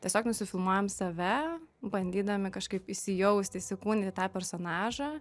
tiesiog nusifilmuojam save bandydami kažkaip įsijausti įsikūnyt į tą personažą